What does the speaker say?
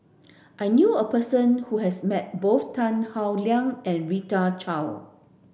I knew a person who has met both Tan Howe Liang and Rita Chao